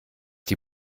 die